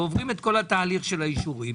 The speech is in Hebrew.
ועוברים את כל התהליך של האישורים,